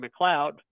McLeod